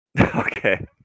Okay